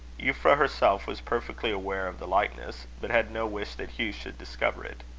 euphra herself was perfectly aware of the likeness, but had no wish that hugh should discover it.